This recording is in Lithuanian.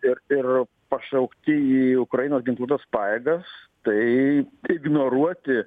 ir ir pašaukti į ukrainos ginkluotas pajėgas tai ignoruoti